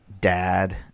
dad